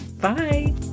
Bye